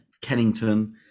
Kennington